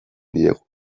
diegu